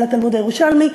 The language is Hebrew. בעל התלמוד הירושלמי,